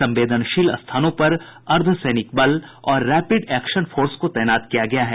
संवेदनशील स्थानों पर अर्द्व सैनिक बल और रैपिड एक्शन फोर्स को तैनात किया गया है